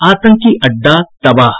आतंकी अड्डा तबाह